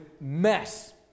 mess